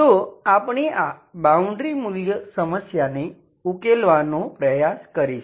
તો આપણે આ બાઉન્ડ્રી મૂલ્ય સમસ્યાને ઉકેલવાનો પ્રયાસ કરીશું